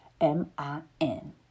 M-I-N